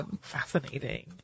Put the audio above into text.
Fascinating